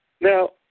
Now